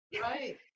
right